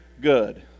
good